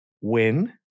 Win